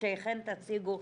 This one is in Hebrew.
שתיכן תציגו,